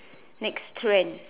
next trend